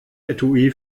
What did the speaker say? etui